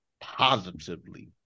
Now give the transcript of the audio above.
positively